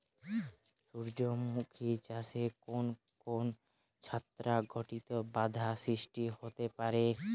সূর্যমুখী চাষে কোন কোন ছত্রাক ঘটিত বাধা সৃষ্টি হতে পারে?